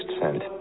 sent